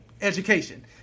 Education